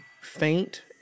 faint